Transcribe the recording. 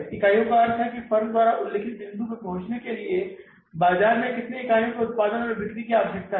इकाइयों का अर्थ है एक फर्म द्वारा उल्लिखित बिंदु पर पहुंचने के लिए बाजार में कितने इकाइयों का उत्पादन और बिक्री करना आवश्यक है